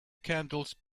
candles